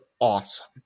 awesome